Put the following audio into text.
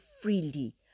freely